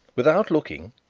without looking,